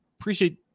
appreciate